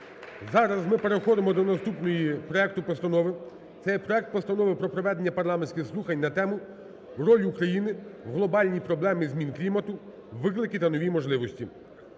Зараз ми переходимо до наступної проекту постанови. Це є проект Постанови про проведення парламентських слухань на тему: "Роль України в глобальній проблемі змін клімату - виклики та нові можливості"